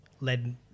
led